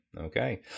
Okay